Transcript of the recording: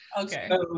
Okay